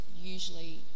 usually